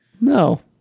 No